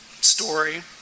story